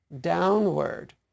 downward